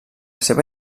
seva